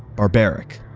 barbaric,